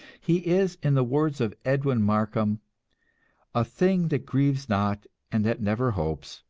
he is, in the words of edwin markham a thing that grieves not and that never hopes,